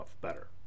better